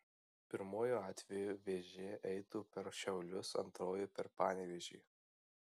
pirmuoju atveju vėžė eitų per šiaulius antruoju per panevėžį